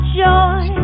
joy